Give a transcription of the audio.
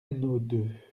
deux